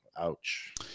ouch